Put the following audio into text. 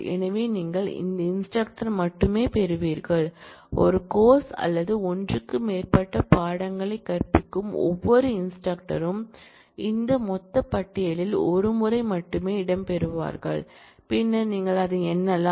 எனவே நீங்கள் அந்த இன்ஸ்டிரக்டர் மட்டுமே பெறுவீர்கள் ஒரு கோர்ஸ் அல்லது ஒன்றுக்கு மேற்பட்ட பாடங்களை கற்பிக்கும் ஒவ்வொரு இன்ஸ்டிரக்டரும் இந்த மொத்த பட்டியலில் ஒரு முறை மட்டுமே இடம்பெறுவார்கள் பின்னர் நீங்கள் அதை எண்ணலாம்